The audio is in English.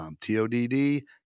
T-O-D-D